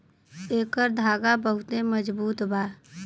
एकर धागा बहुते मजबूत बा